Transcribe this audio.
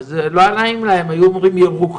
אז לא היה נעים להם היו אומרים ירוחם,